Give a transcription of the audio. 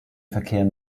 verkehren